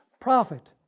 prophet